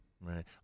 Right